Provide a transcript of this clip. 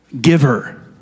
giver